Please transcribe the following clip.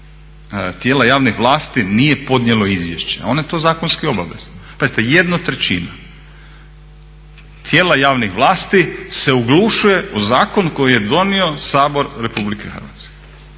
tijela javne vlasti nije podnijelo izvješće. Njima je to zakonska obaveza. Pazite jedna trećina tijela javnih vlasti se oglušuje o zakon koji je donio Sabor RH kao